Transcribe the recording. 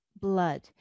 blood